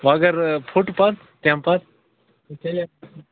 مگر پھُٹ پَتہ تَمہِ پَتہٕ